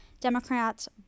Democrats